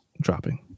dropping